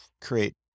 create